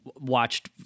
watched